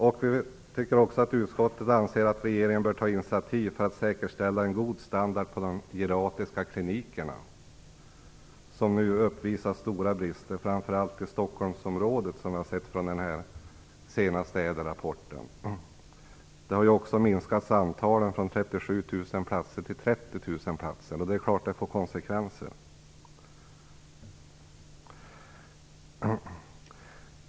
Utskottet tycker också att regeringen bör ta initiativ för att säkerställa en god standard vid de geriatriska klinikerna, framför allt i Stockholmsområdet som nu uppvisar stora brister, vilket framgår av den senaste ÄDEL-rapporten. Antalet platser har minskats från 37 000 till 30 000. Det är klart att det får konsekvenser.